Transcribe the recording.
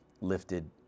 lifted